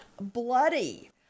bloody